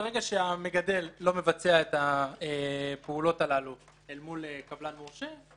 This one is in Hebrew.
ברגע שהמגדל לא מבצע את הפעולות הללו אל מול קבלן מורשה,